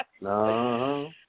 No